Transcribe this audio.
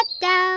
down